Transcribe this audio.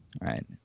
right